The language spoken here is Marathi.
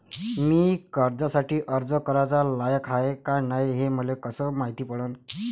मी कर्जासाठी अर्ज कराचा लायक हाय का नाय हे मले कसं मायती पडन?